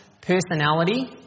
personality